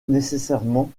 nécessairement